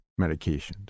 medications